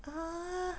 err